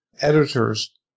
editors